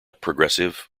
progressive